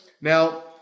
Now